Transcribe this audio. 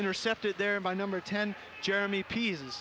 intercepted there by number ten jeremy p